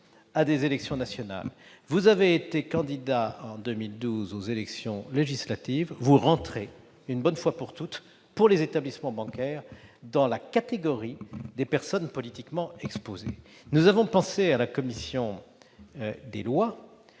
à des élections nationales. Ainsi, si vous avez été candidat aux élections législatives en 2012, vous entrez une bonne fois pour toutes, pour les établissements bancaires, dans la catégorie des personnes politiquement exposées. Nous avons pensé, à la commission des lois,